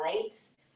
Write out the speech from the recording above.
lights